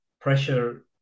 pressure